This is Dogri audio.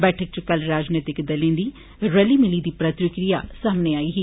बैठक च कल राजनीतिक दलें दी रली मिली दी प्रतिक्रिया सामने ओई ऐ